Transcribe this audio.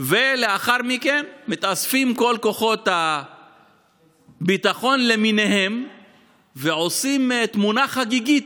ולאחר מכן מתאספים כל כוחות הביטחון למיניהם ועושים תמונה חגיגית,